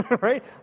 Right